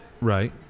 right